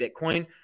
Bitcoin